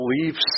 beliefs